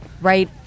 right